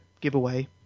giveaway